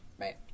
Right